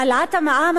העלאת המע"מ,